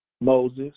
Moses